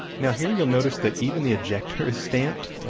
now here you'll notice that even the ejector is stamped,